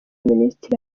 minisitiri